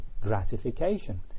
gratification